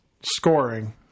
scoring